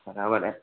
बराबरि आहे